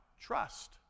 trust